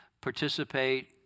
participate